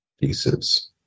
pieces